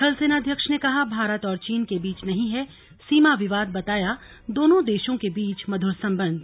थल सेनाध्यक्ष ने कहा भारत और चीन के बीच नहीं है सीमा विवाद बताया दोनों देशों के बीच मधुर संबंध